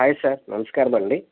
hi sir నమస్కారం అండి